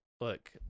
look